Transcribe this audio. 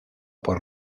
por